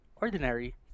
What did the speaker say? ordinary